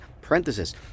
parenthesis